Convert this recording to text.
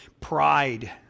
pride